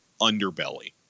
underbelly